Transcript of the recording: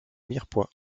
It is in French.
mirepoix